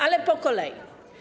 Ale po kolei.